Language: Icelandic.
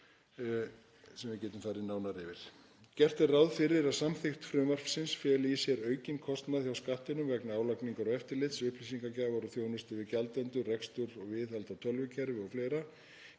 sem við getum farið nánar yfir. Gert er ráð fyrir að samþykkt frumvarpsins feli í sér aukinn kostnað hjá Skattinum vegna álagningar og eftirlits, upplýsingagjafar og þjónustu við gjaldendur, rekstur og viðhald á tölvukerfi o.fl.